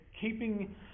keeping